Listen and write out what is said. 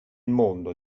mondo